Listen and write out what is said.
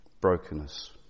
Brokenness